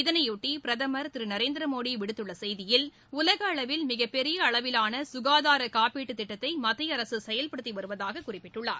இதனைபொட்டி பிரதமர் திரு நரேந்திரமோடி விடுத்துள்ள செய்தியில் உலக அளவில் மிகப்பெரிய அளவிலான சுகாதார காப்பீட்டுத் திட்டத்தை மத்திய அரசு செயல்படுத்தி வருவதாக குறிப்பிட்டுள்ளார்